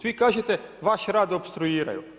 Svi kažete vaš rad opstruiraju.